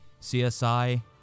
CSI